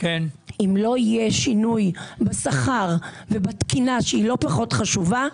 אם לא יהיה שינוי בשכר ובתקינה שהיא לא פחות חשובה,